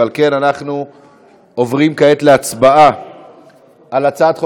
ועל כן אנחנו עוברים כעת להצבעה על הצעת חוק